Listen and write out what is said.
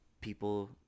people